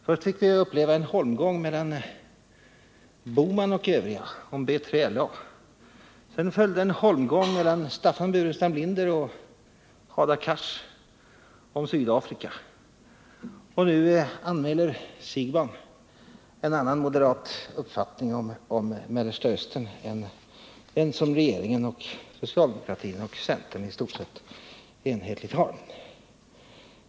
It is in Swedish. Först fick vi uppleva en holmgång mellan herr Bohman och de övriga om B3LA, sedan följde en dust mellan Staffan Burenstam Linder och Hadar Cars om Sydafrika och nu anmäler herr Siegbahn en annan, moderat uppfattning om Mellersta Östern än den som regeringen, socialdemokratin och centern i stort sett är överens om.